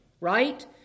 right